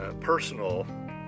personal